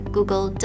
Google